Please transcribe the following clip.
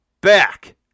back